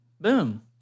Boom